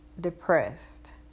depressed